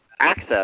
Access